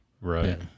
Right